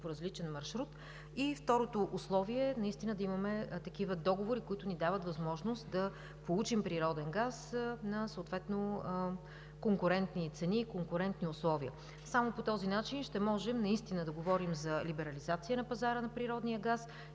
е наистина да имаме такива договори, които ни дават възможност да получим природен газ на съответно конкурентни цени и конкурентни условия. Само по този начин ще можем наистина да говорим за либерализация на пазара на природния газ